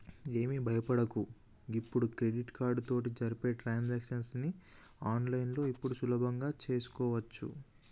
ఏమి భయపడకు ఇప్పుడు క్రెడిట్ కార్డు తోటి జరిపే ట్రాన్సాక్షన్స్ ని ఆన్లైన్లో ఇప్పుడు సులభంగా చేసుకోవచ్చు